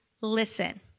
listen